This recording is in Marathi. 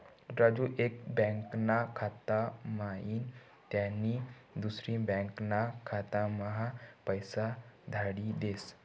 राजू एक बँकाना खाता म्हाईन त्यानी दुसरी बँकाना खाताम्हा पैसा धाडी देस